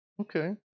Okay